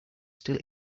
still